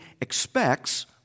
expects